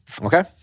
Okay